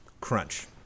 crunch